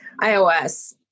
iOS